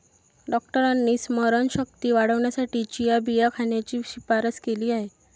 डॉक्टरांनी स्मरणशक्ती वाढवण्यासाठी चिया बिया खाण्याची शिफारस केली आहे